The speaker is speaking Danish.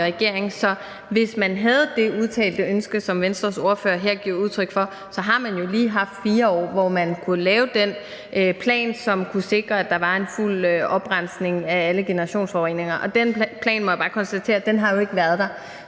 regering. Så hvis man havde det udtalte ønske, som Venstres ordfører her giver udtryk for, så har man jo lige haft 4 år, hvor man kunne have lavet den plan, som kunne sikre, at der var en fuld oprensning af alle generationsforureninger. Jeg må bare konstatere, at den plan jo ikke har været der.